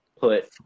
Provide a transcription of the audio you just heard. put